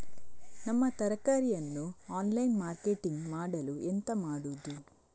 ನಮ್ಮ ತರಕಾರಿಯನ್ನು online marketing ಮಾಡಲು ಎಂತ ಮಾಡುದು?